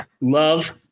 love